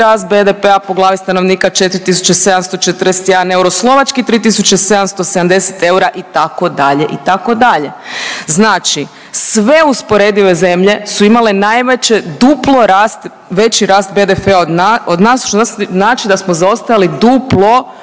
BDP-a po glavi stanovnika 4741 euro, slovački 3770 eura itd. itd. Znači sve usporedive zemlje su imale najveće duplo rast, veći rast BDP-a od nas što znači da smo zaostajali duplo